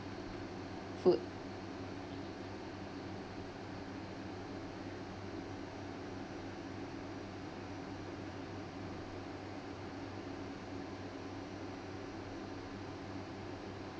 food